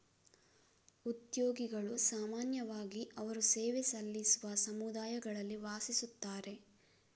ಉದ್ಯೋಗಿಗಳು ಸಾಮಾನ್ಯವಾಗಿ ಅವರು ಸೇವೆ ಸಲ್ಲಿಸುವ ಸಮುದಾಯಗಳಲ್ಲಿ ವಾಸಿಸುತ್ತಾರೆ